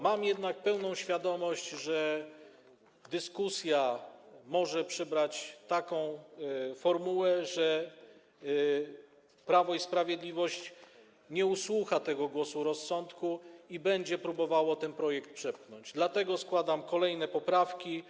Mam pełną świadomość, że dyskusja może przybrać taką formułę, że Prawo i Sprawiedliwość nie usłucha tego głosu rozsądku i będzie próbowało ten projekt przepchnąć, dlatego składam kolejne poprawki.